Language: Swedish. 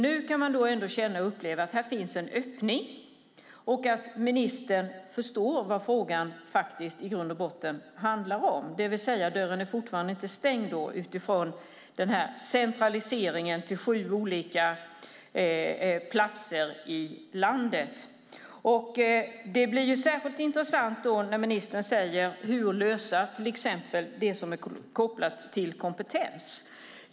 Nu kan man ändå känna och uppleva att det finns en öppning och att ministern förstår vad frågan i grund och botten handlar om. Dörren är alltså ännu inte stängd när det gäller centralisering till sju olika platser i landet. Det blir särskilt intressant när ministern talar om hur man ska lösa till exempel det som är kopplat till kompetens.